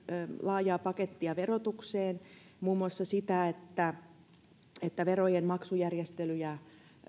laajaa pakettia verotukseen muun muassa sitä että että verojen maksujärjestelyjä